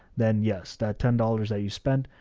then yes, that ten dollars that you spent,